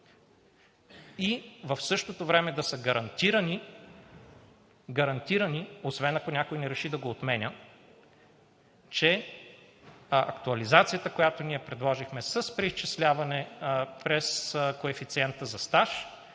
и в същото време да са гарантирани, освен ако някой не реши да го отменя, че актуализацията, която ние предложихме с преизчисляване през коефициента за стаж,